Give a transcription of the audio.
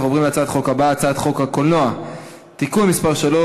אנחנו עוברים להצעה הבאה: הצעת חוק הקולנוע (תיקון מס' 3)